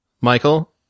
Michael